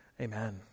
Amen